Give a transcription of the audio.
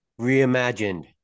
Reimagined